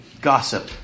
gossip